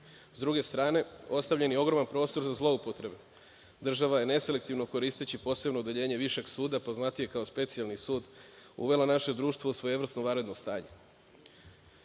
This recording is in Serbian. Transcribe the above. Sa druge strane, ostavljen je ogroman prostor za zloupotrebe, država je neselektivno, koristeći posebno odeljenje višeg suda, poznatijeg kao specijalni sud, uvela naše društvo u svojevrsno vanredno stanje. Svima